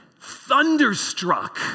Thunderstruck